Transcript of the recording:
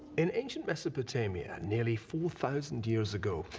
in ancient mesopotamia, neariy four thousand years ago,